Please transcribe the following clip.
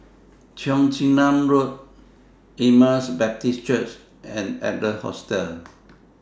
Cheong Chin Nam Road Emmaus Baptist Church and Adler Hostel